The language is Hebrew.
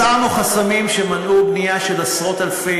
הסרנו חסמים שמנעו בנייה של עשרות-אלפי